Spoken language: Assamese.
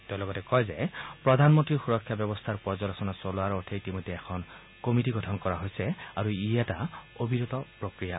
তেওঁ লগতে কয় যে প্ৰধানমন্ত্ৰীৰ সুৰক্ষা ব্যৱস্থাৰ পৰ্যালোচনা চলোৱাৰ অৰ্থে ইতিমধ্যে এখন কমিটী গঠন কৰা হৈছে আৰু ই এটা অবিৰত প্ৰক্ৰিয়া